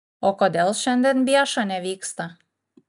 o kodėl šiandien bieša nevyksta